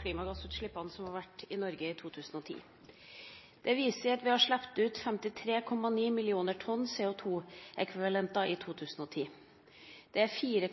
klimagassutslippene som har vært i Norge i 2010. Det viser at vi har sluppet ut 53,9 mill. tonn CO2-ekvivalenter i 2010. Det er 4,7